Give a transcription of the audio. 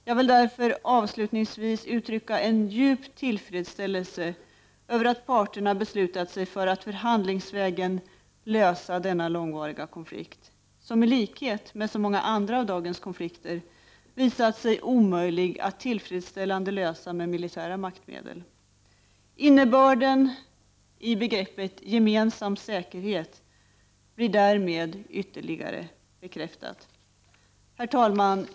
Jag vill därför avslutningsvis uttrycka en djup tillfredsställelse över att parterna beslutat sig för att förhandlingsvägen lösa denna långvariga konflikt. En konflikt som i likhet med så många andra av dagens konflikter visat sig omöjlig att lösa på ett tillfredsställande sätt med militära maktmedel. Innebörden i begreppet ”gemensam säkerhet” blir därmed ytterligare bekräftat. Fru talman!